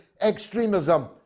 extremism